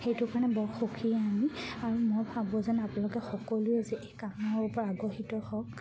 সেইটো কাৰণে বৰ সুখী আমি আৰু মই ভাবোঁ যেন আপোনালোকে সকলোৱে যে এই কামৰ ওপৰত আগ্ৰহিত হওক